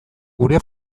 gure